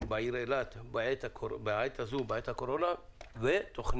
בעיר אילת בעת הקורונה ותכנית